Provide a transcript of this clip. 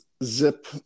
zip